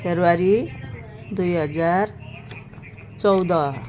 February दुई हजार चौध